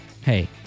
Hey